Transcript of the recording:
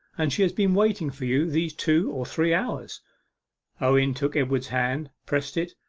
and she has been waiting for you these two or three hours owen took edward's hand, pressed it,